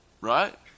Right